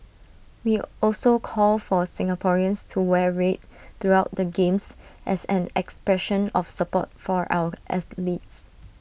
we also call for Singaporeans to wear red throughout the games as an expression of support for our athletes